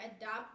adopt